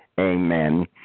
amen